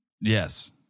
yes